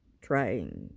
trying